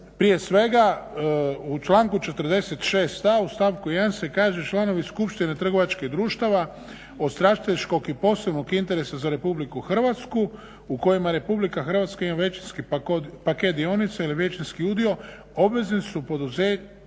prije svega, u članku 46. u stavku 1. se kaže članovi Skupštine trgovačkih društava od strateškog i posebnog interesa za Republiku Hrvatsku u kojima Republika Hrvatska ima većinski paket dionica ili većinski udio, obvezni su poduzeti